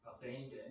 abandoned